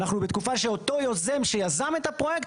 אנחנו בתקופה שאותו יוזם שיזם את הפרויקט,